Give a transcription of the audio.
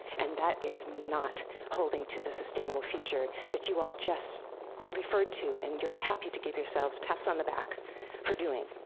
and that is not holding to the sustainable future that you all just referred to, and you're happy to give yourselves pats on the back for doing.